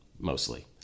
mostly